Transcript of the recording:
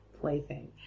plaything